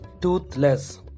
toothless